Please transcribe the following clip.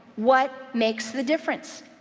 what makes the difference?